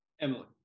Emily